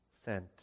Sent